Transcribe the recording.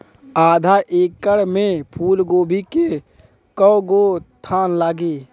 आधा एकड़ में फूलगोभी के कव गो थान लागी?